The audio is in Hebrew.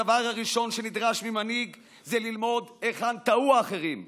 הדבר הראשון שנדרש ממנהיג זה ללמוד היכן טעו האחרים,